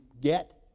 get